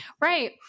Right